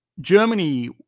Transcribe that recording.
Germany